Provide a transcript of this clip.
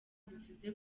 bivuze